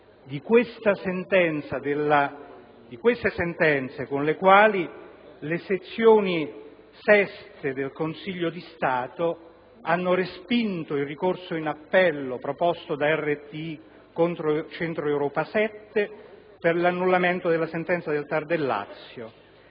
di queste sentenze con le quali la sezione sesta del Consiglio di Stato hanno respinto il ricorso in appello proposto da RTI contro Centro Europa 7 per l'annullamento della sentenza del TAR del Lazio.